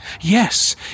Yes